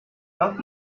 help